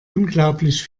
unglaublich